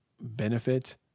benefit